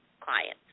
clients